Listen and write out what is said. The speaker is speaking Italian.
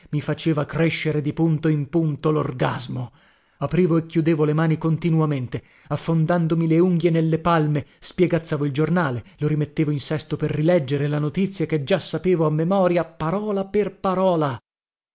mi faceva crescere di punto in punto lorgasmo aprivo e chiudevo le mani continuamente affondandomi le unghie nelle palme spiegazzavo il giornale lo rimettevo in sesto per rilegger la notizia che già sapevo a memoria parola per parola